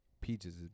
Peaches